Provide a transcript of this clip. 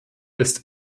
ist